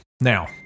Now